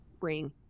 ring